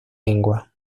lengua